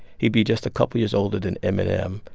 he'd be just a couple of years older than eminem.